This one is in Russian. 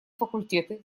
факультеты